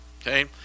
okay